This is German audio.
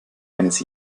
eines